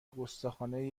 گستاخانهی